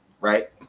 right